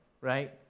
right